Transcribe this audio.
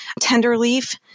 Tenderleaf